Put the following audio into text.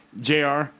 JR